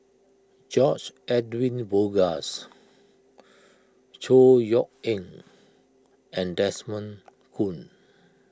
George Edwin Bogaars Chor Yeok Eng and Desmond Kon